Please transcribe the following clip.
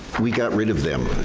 we got rid of them.